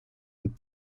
und